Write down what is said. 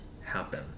happen